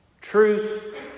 Truth